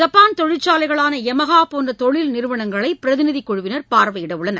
Japan தொழிற்சாலைகளான Yamaha போன்ற தொழில் நிறுவனங்களை பிரதிநிதிக்குழுவினர் பார்வையிட உள்ளனர்